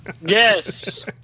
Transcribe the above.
Yes